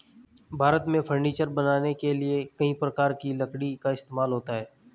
भारत में फर्नीचर बनाने के लिए कई प्रकार की लकड़ी का इस्तेमाल होता है